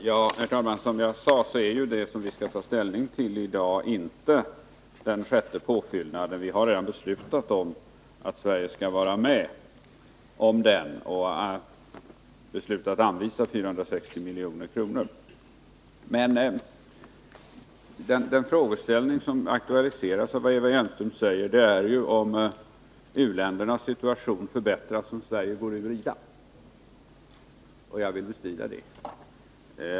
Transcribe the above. Herr talman! Som jag sade är ju det som vi skall ta ställning till i dag den sjätte påfyllnaden. Vi har redan beslutat om att Sverige skall vara med om den och beslutat anvisa 460 milj.kr. Men den frågeställning som aktualiseras genom vad Eva Hjelmström säger är ju om u-ländernas situation förbättras ifall Sverige går ur IDA, och jag vill bestrida det.